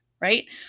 right